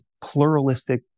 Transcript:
pluralistic